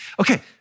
Okay